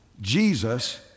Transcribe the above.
Jesus